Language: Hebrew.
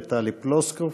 טלי פלוסקוב,